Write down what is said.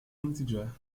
integer